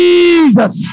Jesus